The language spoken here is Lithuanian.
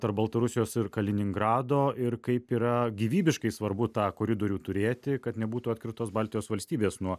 tarp baltarusijos ir kaliningrado ir kaip yra gyvybiškai svarbu tą koridorių turėti kad nebūtų atskirtos baltijos valstybės nuo